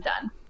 done